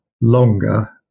longer